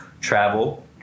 travel